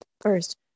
First